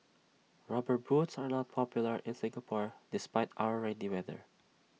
rubber boots are not popular in Singapore despite our rainy weather